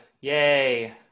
Yay